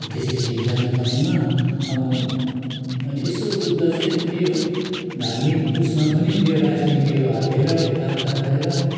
त्यसरी जानु पर्नेमा अब मैले यसो बुझ्दा चाहिँ त्यही हो धार्मिक उसमा पनि त्यो राजनीतिहरू हालेर यता उता गरेर